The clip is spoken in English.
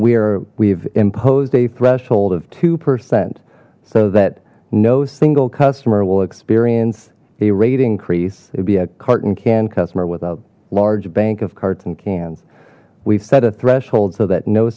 are we've imposed a threshold of two percent so that no single customer will experience a rate increase it'd be a carton can customer with a large bank of carts and cans we've set a threshold so that no